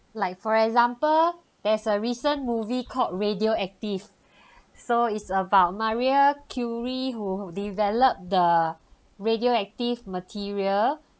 like for example there's a recent movie called radioactive so is about maria curie who develop the radioactive material